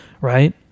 right